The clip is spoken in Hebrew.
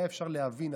היה אפשר להבין,